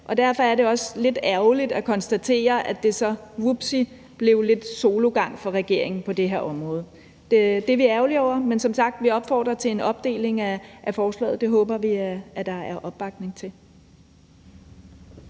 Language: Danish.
derfor er det også lidt ærgerligt at konstatere, at det så, vupti, blev lidt sologang for regeringen på det her område. Det er vi ærgerlige over, men som sagt opfordrer vi til en opdeling af forslaget – det håber vi der er opbakning til.